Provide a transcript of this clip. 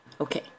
Okay